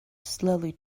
slowly